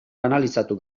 banalizatu